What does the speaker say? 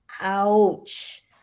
Ouch